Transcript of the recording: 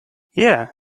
yeah